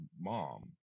mom